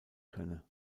könne